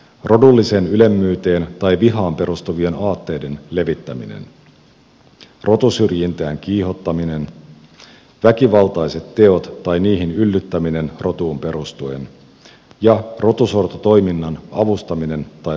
rodulliseen ylemmyyteen tai vihaan perustuvien aatteiden levittäminen rotusyrjintään kiihottaminen väkivaltaiset teot tai niihin yllyttäminen rotuun perustuen ja rotusortotoiminnan avustaminen tai rahoittaminen